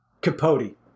Capote